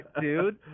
dude